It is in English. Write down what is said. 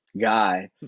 guy